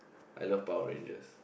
I love Power Rangers